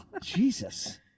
Jesus